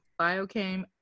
biochem